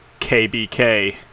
kbk